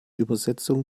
übersetzung